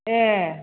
ए